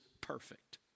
perfect